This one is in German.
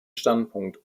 standpunkt